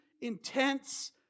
intense